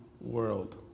world